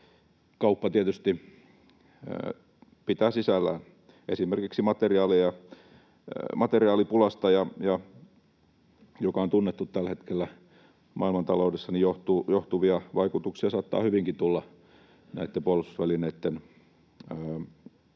kauppa tietysti pitää sisällään. Esimerkiksi materiaalipulasta, joka on tunnettu tällä hetkellä maailmantaloudessa, johtuvia vaikutuksia saattaa hyvinkin tulla näitten puolustusvälineitten valmistamisen hintoihin,